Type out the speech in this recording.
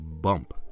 bump